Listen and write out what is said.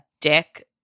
dick